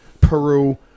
Peru